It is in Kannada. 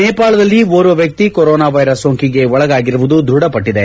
ನೇಪಾಳದಲ್ಲಿ ಓರ್ವ ವ್ಯಕ್ತಿ ಕೊರೋನ ವೈರಸ್ ಸೋಂಕಿಗೆ ಒಳಗಾಗಿರುವುದು ದೃಢಪಟ್ಟದೆ